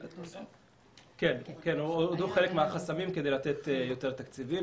כן, הורדו חלק מהחסמים כדי לתת יותר תקציבים.